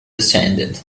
descended